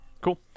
cool